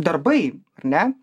darbai ar ne